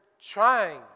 trying